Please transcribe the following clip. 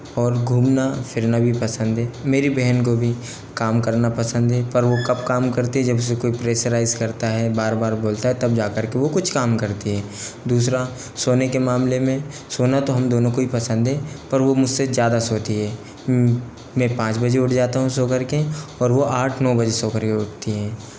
और घूमना फिरना भी पसंद है मेरी बहन को भी काम करना पसंद है पर वो कब काम करती है जब उसे कोई प्रेसराइज़ करता है बार बार बोलता है तब जा कर के वो कुछ काम करती है दूसरा सोने के मामले सोना तो हम दोनों को ही पसंद है पर वो मुझ से ज़्यादा सोती है मैं पाँच बजे उठ जाता हूँ सो कर के और वो आठ नौ बजे सो कर के उठती है